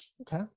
okay